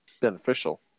beneficial